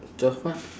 twelve what